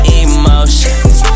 emotions